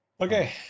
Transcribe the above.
Okay